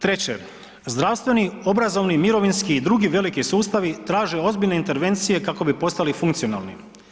Treće, zdravstveni, obrazovni, mirovinski i drugi veliki sustavi traže ozbiljne intervencije kako bi postali funkcionalni.